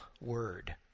word